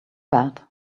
bad